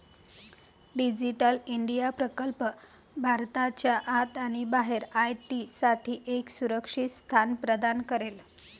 digital India प्रकल्प भारताच्या आत आणि बाहेर आय.टी साठी एक सुरक्षित स्थान प्रदान करेल